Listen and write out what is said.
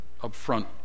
upfront